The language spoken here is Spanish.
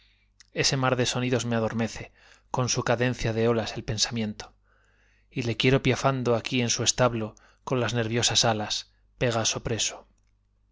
ese mar de sonidos me adormece con su cadencia de olas el pensamiento y le quiero piafando aquí en su establo con las nerviosas alas pegaso preso